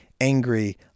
angry